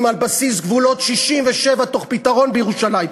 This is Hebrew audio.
על בסיס גבולות 67' תוך פתרון בירושלים,